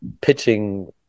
pitching